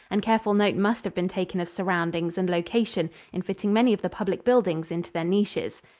and careful note must have been taken of surroundings and location in fitting many of the public buildings into their niches.